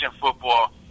football